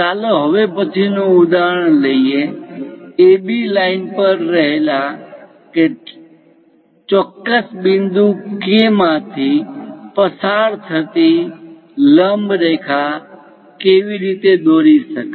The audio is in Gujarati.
ચાલો હવે પછીનું ઉદાહરણ લઈએ AB લાઇન પર રહેલા ચોક્કસ બિંદુ K માંથી પસાર થતી લંબ રેખા કેવી રીતે દોરી શકાય